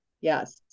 Yes